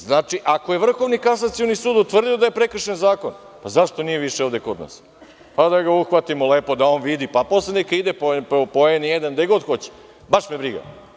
Znači, ako je Vrhovni kasacioni sud utvrdio da je prekršen zakon, zašto nije više ovde kod nas, da ga uhvatimo lepo, pa da on vidi, pa posle neka ide po N1, gde god hoće, baš me briga.